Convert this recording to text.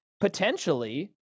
potentially